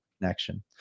connection